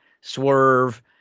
swerve